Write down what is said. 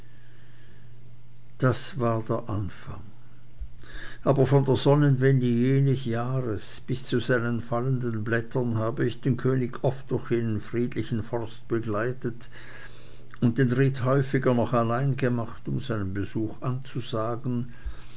das war der anfang aber von der sonnenwende jenes jahres bis zu seinen fallenden blättern habe ich den könig oft durch jenen friedlichen forst begleitet und den ritt häufiger noch allein gemacht um seinen besuch anzusagen